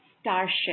Starship